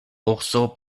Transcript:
urso